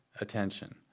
attention